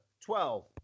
twelve